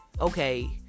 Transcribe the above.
okay